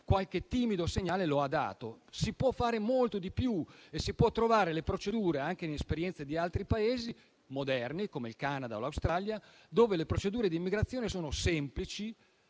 qualche timido segnale. Si può fare molto di più, si possono trovare le procedure anche in esperienze di altri Paesi moderni, come il Canada o l'Australia, dove le procedure di immigrazione sono semplici,